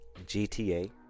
GTA